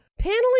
Paneling